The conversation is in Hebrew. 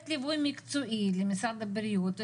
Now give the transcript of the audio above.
צריך לתת ליווי מקצועי למשרד הבריאות,